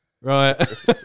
Right